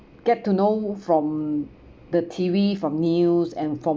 get to know from the T_V from news and from